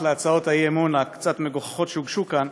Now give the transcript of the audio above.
להצעות האי-אמון הקצת מגוחכות שהוגשו כאן.